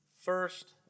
first